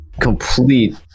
complete